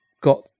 got